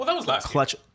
clutch